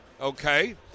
okay